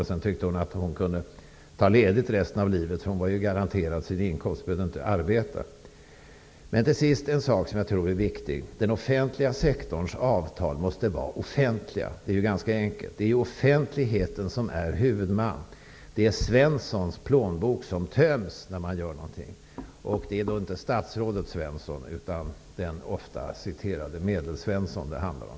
Hon tyckte att hon kunde ta ledigt resten av livet, för hon var ju garanterad sin inkomst och behövde inte arbeta. Så får det inte vara. Till sist vill jag ta upp en sak som jag tror är viktig. Den offentliga sektorns avtal måste vara offentliga. Det är ju ganska enkelt. Det är offentligheten som är huvudman. Det är Svenssons plånbok som töms när man gör någonting. Det är då inte statsrådet Svensson utan den ofta citerade Medelsvensson det handlar om.